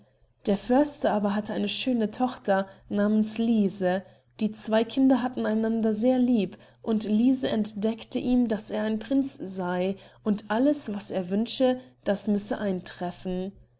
der förster aber hatte eine schöne tochter namens lise die zwei kinder hatten einander sehr lieb und lise entdeckte ihm daß er ein prinz sey und alles was er wünsche das müsse eintreffen